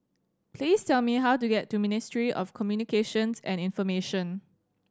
please tell me how to get to Ministry of Communications and Information